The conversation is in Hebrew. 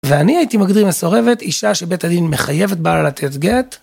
ואני הייתי מגדירים מסורבת אישה שבית הדין מחייבת בעלה לתת גט?